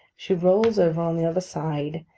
she rolls over on the other side,